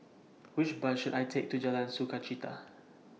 Which Bus should I Take to Jalan Sukachita